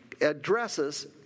addresses